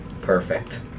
Perfect